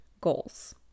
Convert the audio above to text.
goals